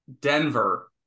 Denver